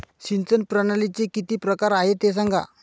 सिंचन प्रणालीचे किती प्रकार आहे ते सांगा